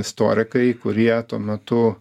istorikai kurie tuo metu